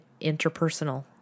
interpersonal